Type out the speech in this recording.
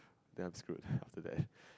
damn I'm screw after that